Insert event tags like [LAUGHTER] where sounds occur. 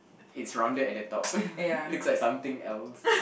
it's rounded at the top [LAUGHS] looks like something else